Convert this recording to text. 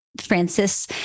Francis